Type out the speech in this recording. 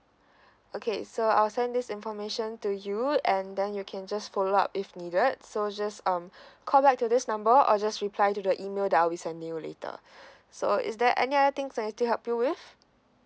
okay so I'll send this information to you and then you can just follow up if needed so just um call back to this number or just reply to the email that I'll be sending you later so is there any other things can actually help you with